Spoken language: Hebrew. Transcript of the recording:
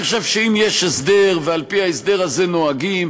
אני חושב שאם יש הסדר, ועל-פי ההסדר הזה נוהגים,